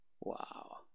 wow